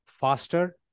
faster